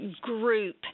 group